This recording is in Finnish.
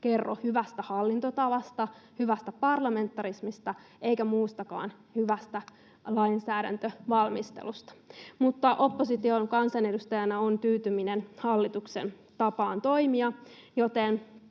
kerro hyvästä hallintotavasta, hyvästä parlamentarismista eikä muustakaan hyvästä lainsäädäntövalmistelusta. Mutta opposition kansanedustajana on tyytyminen hallituksen tapaan toimia.